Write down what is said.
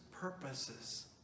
purposes